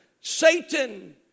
Satan